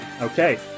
Okay